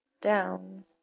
down